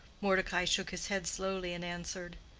mordecai shook his head slowly, and answered,